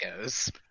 goes